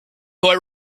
boy